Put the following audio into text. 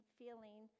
feeling